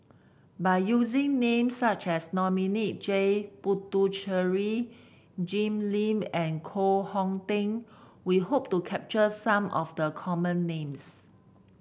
by using names such as Dominic J Puthucheary Jim Lim and Koh Hong Teng we hope to capture some of the common names